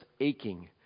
aching